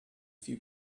few